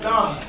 God